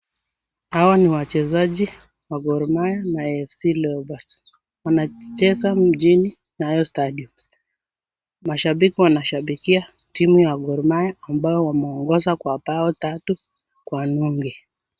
Hawa ni wachezaji wa Gormahia na AFC leopards. Wanacheza mjini Nyayo Stadium. Mashambiki wanashambikia timu ya Gormahia ambayo wameongoza kwa mbao tatu kwa nunge.